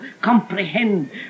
comprehend